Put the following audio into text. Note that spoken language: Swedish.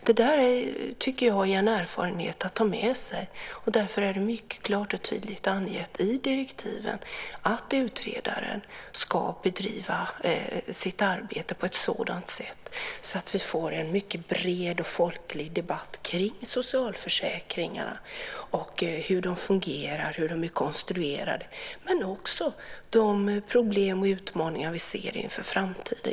Det tycker jag är en erfarenhet att ta med sig. Därför är det mycket klart och tydligt angett i direktiven att utredaren ska bedriva sitt arbete på ett sådant sätt att vi får en mycket bred folklig debatt om socialförsäkringarna, hur de fungerar, hur de är konstruerade, men också de problem och utmaningar vi ser inför framtiden.